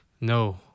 No